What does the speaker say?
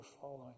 following